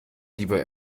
lieber